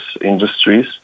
industries